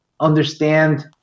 understand